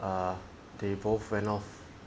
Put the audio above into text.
err they both went off